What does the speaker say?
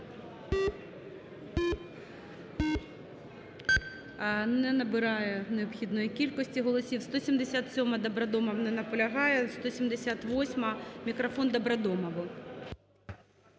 Не набирає необхідної кількості голосів. 177-а, Добродомов. Не наполягає. 178-а. Мікрофон Добродомову.